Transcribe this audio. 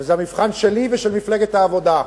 וזה המבחן שלי ושל מפלגת העבודה,